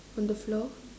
on the floor